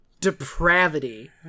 depravity